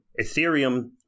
Ethereum